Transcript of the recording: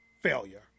failure